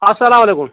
اَلسلام علیکُم